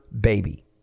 baby